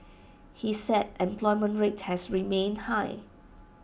he said employment rate has remained high